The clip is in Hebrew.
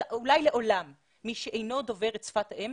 אולי לעולם מי שאינו דובר את שפת האם,